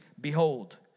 behold